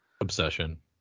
obsession